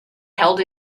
held